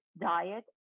diet